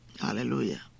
Hallelujah